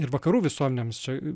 ir vakarų visuomenėms